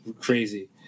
crazy